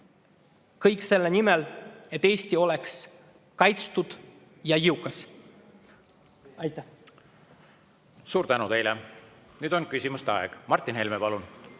Kõik selle nimel, et Eesti oleks kaitstud ja jõukas. Aitäh!